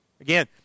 Again